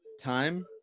time